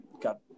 got